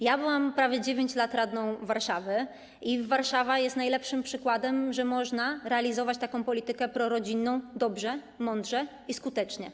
Ja byłam prawie 9 lat radną Warszawy i Warszawa jest najlepszym przykładem, że można realizować taką politykę prorodzinną dobrze, mądrze i skutecznie.